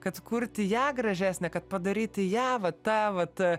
kad kurti ją gražesnę kad padaryti ją va ta vat